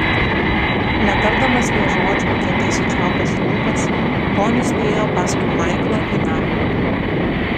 netardamas nė žodžio kietai sučiaupęs lūpas tonis nuėjo paskui maiklą į namą